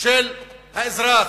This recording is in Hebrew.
של האזרח.